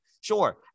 sure